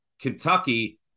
kentucky